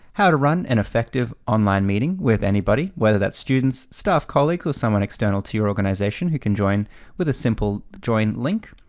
how to run an effective online meeting with anybody, whether that's students, staff, colleagues, or someone external to your organization, you can join with a simple join link,